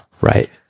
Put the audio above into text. Right